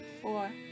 Four